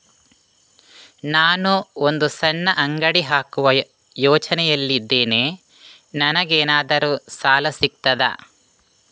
ನಾನು ಒಂದು ಸಣ್ಣ ಅಂಗಡಿ ಹಾಕುವ ಯೋಚನೆಯಲ್ಲಿ ಇದ್ದೇನೆ, ನನಗೇನಾದರೂ ಸಾಲ ಸಿಗ್ತದಾ?